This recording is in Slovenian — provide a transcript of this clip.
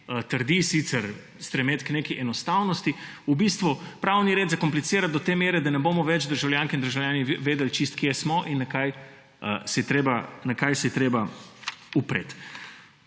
trdi, da stremi k neki enostavnosti. V bistvu želi pravni red zakomplicirati do te mere, da ne bomo več državljanke in državljani vedeli čisto, kje smo in na kaj se je treba opreti.